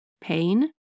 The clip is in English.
Pain